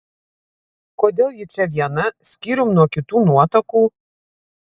kodėl ji čia viena skyrium nuo kitų nuotakų